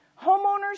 Homeowners